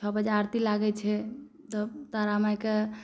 छओ बजे आरती लागै छै तऽ तारा मायके